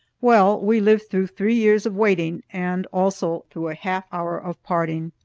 well, we lived through three years of waiting, and also through a half hour of parting.